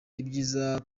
ibyiza